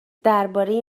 درباره